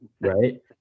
Right